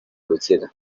ubukira